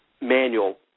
manual